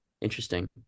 Interesting